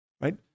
right